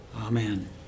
Amen